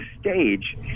stage